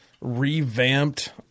revamped